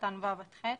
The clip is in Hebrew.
עד (ח),